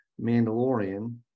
mandalorian